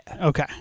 Okay